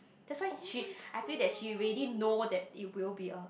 that's why she I feel that she already know that it will be a